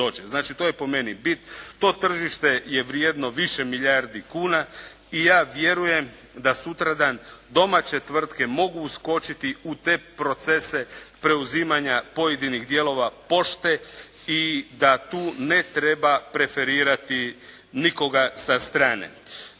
Znači, to je po meni bit. To tržište je vrijedno više milijardi kuna i ja vjerujem da sutradan domaće tvrtke mogu uskočiti u te procese preuzimanja pojedinih dijelova pošte i da tu ne treba preferirati nikoga sa strane.